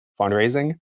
fundraising